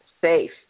safe